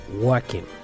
working